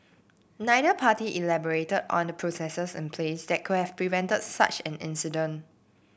neither party elaborated on the processes in place that could have prevented such an incident